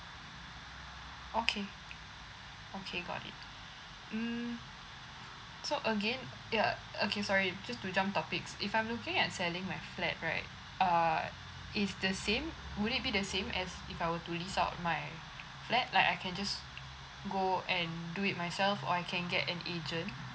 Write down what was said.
okay okay got it mm so again err okay sorry just to jump topics if I'm looking at selling my flat right uh is the same would it be the same as if I were to lease out my flat like I can just go and do it myself or I can get an agent